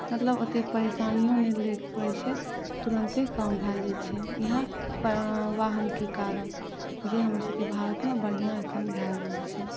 मतलब ओतेक परेशानिओ नहि लैके पड़ै छै तुरन्ते काम भऽ जाइ छै इएह वाहनके कारण जे हमर सबके भारतमे बढ़िआँ एखन भऽ रहल छै